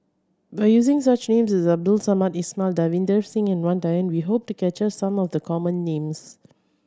by using such names Abdul Samad Ismail Davinder Singh Wang Dayuan we hope to capture some of the common names